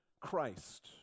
Christ